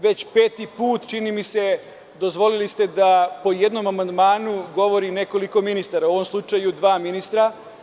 Već ste peti put, čini mi se, dozvolili da po jednom amandmanu govori nekoliko ministara, a u ovom slučaju dva ministra.